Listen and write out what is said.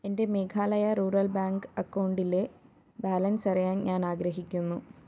എൻ്റെ Meghalaya rural bank അക്കൗണ്ടിലെ balance അറിയാൻ ഞാൻ ആഗ്രഹിക്കുന്നു